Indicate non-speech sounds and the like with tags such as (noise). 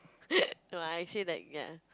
(laughs) no I actually like ya